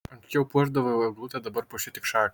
anksčiau puošdavau eglutę dabar puošiu tik šaką